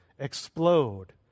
explode